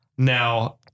Now